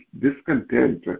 discontent